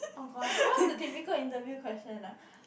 oh gosh what's a typical interview question ah